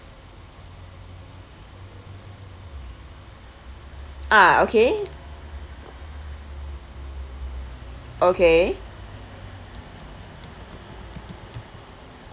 ah okay okay